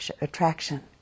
attraction